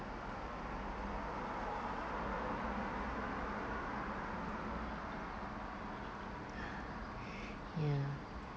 ya